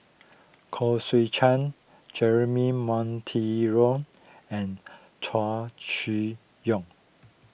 Koh Seow Chuan Jeremy Monteiro and Chow Chee Yong